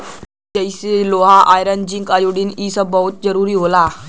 जइसे लोहा iron zinc iodine इ सब बहुत जरूरी होला